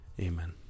Amen